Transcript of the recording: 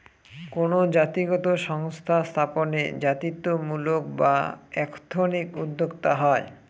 কোনো জাতিগত সংস্থা স্থাপনে জাতিত্বমূলক বা এথনিক উদ্যোক্তা হয়